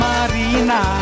Marina